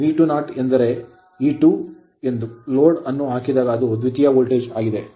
ವಿ20 ಅಂದರೆ V20 E2 ಎಂದು load ಅನ್ನು ಹಾಕಿದಾಗ ಅದು ದ್ವಿತೀಯ ವೋಲ್ಟೇಜ್ ಆಗಿದೆ